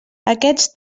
aquests